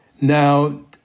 Now